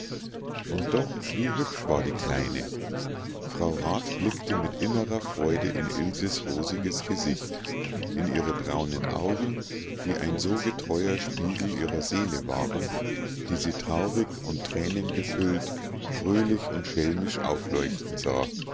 und doch wie hübsch war die kleine frau rat blickte mit innerer freude in ilses rosiges gesicht in ihre braunen augen die ein so getreuer spiegel ihrer seele waren die sie traurig und thränengefüllt fröhlich und schelmisch aufleuchten sah